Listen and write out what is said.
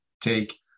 take